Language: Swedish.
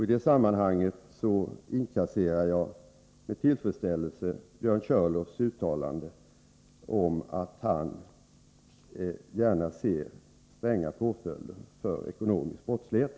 I det avseendet inkasserar jag med tillfredsställelse Björn Körlofs uttalande att han gärna ser stränga påföljder för ekonomisk brottslighet.